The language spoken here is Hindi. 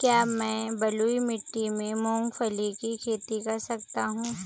क्या मैं बलुई मिट्टी में मूंगफली की खेती कर सकता हूँ?